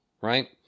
right